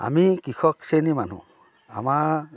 আমি কৃষক শ্ৰেণীৰ মানুহ আমাৰ